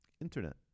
Internet